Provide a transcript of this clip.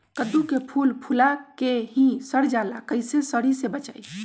कददु के फूल फुला के ही सर जाला कइसे सरी से बचाई?